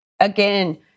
Again